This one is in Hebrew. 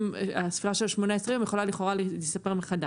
הספירה של ה-18 יום יכולה לכאורה להיספר מחדש.